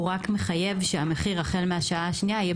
הוא רק מחייב שהמחיר החל מהשעה השנייה יהיה